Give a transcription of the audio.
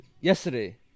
Yesterday